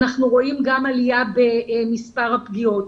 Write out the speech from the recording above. אנחנו רואים גם עלייה במספר הפגיעות.